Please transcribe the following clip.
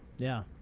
yeah.